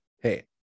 Hey